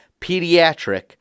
pediatric